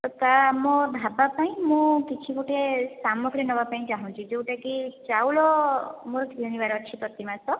ତ ତା ଆମ ଢାବା ପାଇଁ ମୁଁ କିଛି ଗୋଟିଏ ସାମଗ୍ରୀ ନେବା ପାଇଁ ଚାହୁଁଛି ଯେଉଁଟାକି ଚାଉଳ ମୋର କିଣିବାର ଅଛି ପ୍ରତି ମାସ